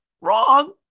wrong